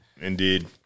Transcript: Indeed